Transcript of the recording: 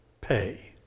pay